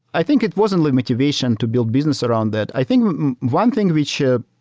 i think it wasn't the motivation to build business around that. i think one thing we ship,